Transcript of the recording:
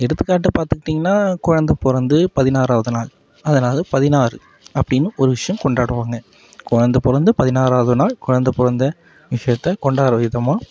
எடுத்துக்காட்டா பார்த்துக்கிட்டீங்கன்னா கொழந்தை பிறந்து பதினாறாவது நாள் அதனால் பதினாறு அப்படின்னு ஒரு விஷயம் கொண்டாடுவாங்க கொழந்தை பிறந்து பதினாறாவது நாள் கொழந்தை பிறந்த விஷயத்தை கொண்டாடும் விதமாக